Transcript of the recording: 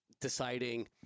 deciding